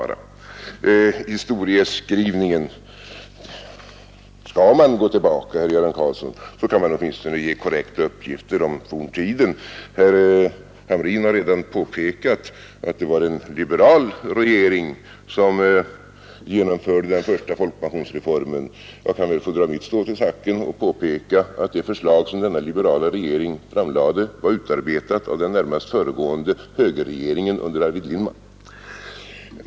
Om Göran Karlsson vill göra en historieskrivning och gå tillbaka till forntiden bör han åtminstone ge korrekta uppgifter. Herr Hamrin har redan påpekat att det var en liberal regering som genomförde den första folkpensionsreformen. Jag kan väl få dra mitt strå till stacken genom att påpeka att det förslag som denna liberala regering framlade var utarbetat av den närmast föregående högerregeringen under Arvid Lindman.